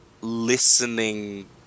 listening